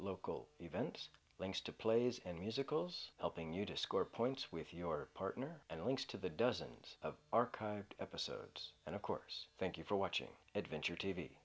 local events links to plays and musicals helping you to score points with your partner and links to the dozens of archived episodes and of course thank you for watching adventure t